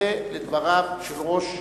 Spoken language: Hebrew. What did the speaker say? כמענה לדבריו של ראש הממשלה,